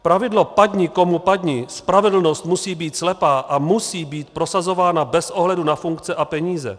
Pravidlo padni komu padni, spravedlnost musí být slepá a musí být prosazována bez ohledu na funkce a peníze.